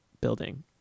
building